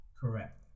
Correct